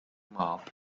mop